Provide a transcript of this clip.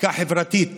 חקיקה חברתית